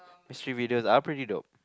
mystery videos are pretty dope